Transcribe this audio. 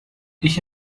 ich